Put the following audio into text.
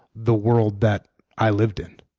the world that i lived in.